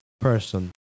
person